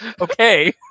Okay